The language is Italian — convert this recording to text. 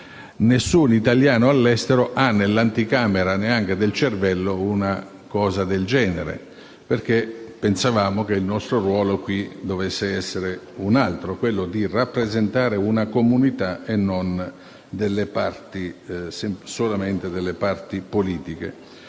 Nessun italiano all'estero nutre, neanche nell'anticamera del cervello, una idea del genere. Noi pensavamo, infatti, che il nostro ruolo qui dovesse essere un altro: quello di rappresentare una comunità e non solamente delle parti politiche.